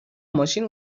ماشین